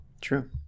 True